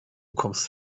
kommst